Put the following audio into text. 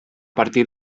partir